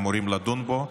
אמורים לדון בו.